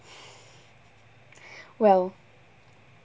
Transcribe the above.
well